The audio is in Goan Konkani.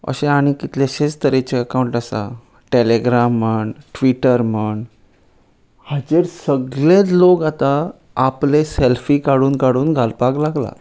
अशें आनी कितलेशेच तरेचे अकाउंट आसा टॅलेग्राम म्हण ट्विटर म्हण हाचेर सगळेच लोक आतां आपले सेल्फी काडून काडून घालपाक लागलात